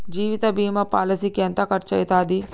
జీవిత బీమా పాలసీకి ఎంత ఖర్చయితది?